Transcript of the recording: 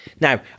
Now